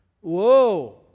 Whoa